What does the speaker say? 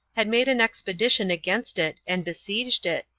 had made an expedition against it, and besieged it,